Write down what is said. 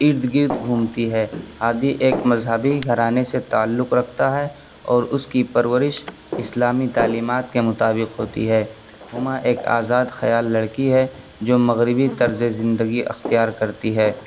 ارد گرد گھومتی ہے ہادی ایک مذہبی گھرانے سے تعلق رکھتا ہے اور اس کی پرورش اسلامی تعلیمات کے مطابق ہوتی ہے ہما ایک آزاد خیال لڑکی ہے جو مغربی طرز زندگی اختیار کرتی ہے